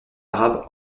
arabe